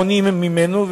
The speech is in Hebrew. מונעים זאת ממנו.